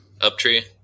Uptree